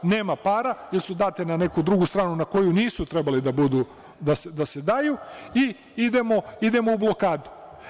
Nema para, jer su date na drugu stranu na koju nisu trebali da se daju i idemo u blokadu.